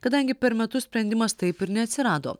kadangi per metus sprendimas taip ir neatsirado